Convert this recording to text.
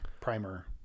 primer